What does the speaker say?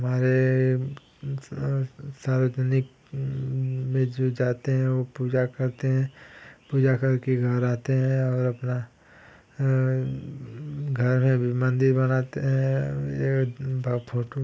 हमारे सार्वजनिक भेज उज जाते हैं वो पूजा करते हैं पूजा करके घर आते हैं और अपना घर में भी मंदिर बनाते हैं भ फोटो